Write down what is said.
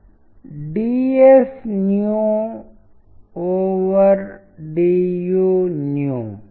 ఎందుకంటే ఏదైనా మొదటిగా ఉన్నది ముఖ్యమా తదుపరిది ఏదైనా అది మరింత ముఖ్యమా ఇది మరింత ముఖ్యమైనది